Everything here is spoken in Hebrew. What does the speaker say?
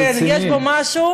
כן, יש בו משהו.